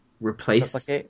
replace